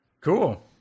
Cool